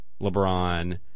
LeBron